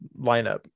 lineup